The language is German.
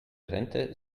rente